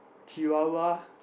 Chihuahua